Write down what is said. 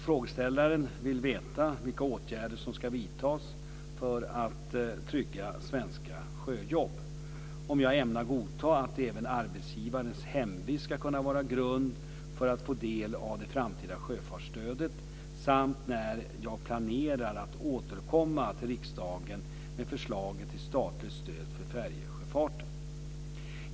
Frågeställaren vill veta vilka åtgärder som ska vidtas för att trygga svenska sjöjobb, om jag ämnar godta att även arbetsgivarens hemvist ska kunna vara grund för att få del av det framtida sjöfartsstödet samt när jag planerar att återkomma till riksdagen med förslaget till statligt stöd för färjesjöfarten.